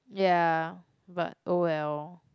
ya but all well